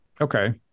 Okay